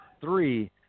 three